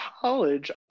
college